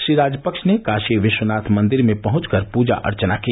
श्री राजपक्ष ने काशी विश्वनाथ मंदिर में पहुंच कर पूजा अर्चना की